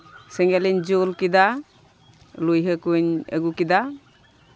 ᱥᱮᱸᱜᱮᱞ ᱤᱧ ᱡᱩᱞ ᱠᱮᱫᱟ ᱞᱩᱭᱦᱟᱹ ᱠᱚᱧ ᱟᱹᱜᱩ ᱠᱮᱫᱟ